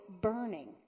burning